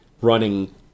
running